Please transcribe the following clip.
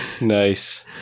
Nice